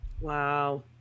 Wow